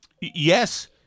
Yes